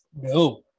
no